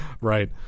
Right